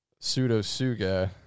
pseudo-suga